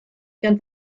gan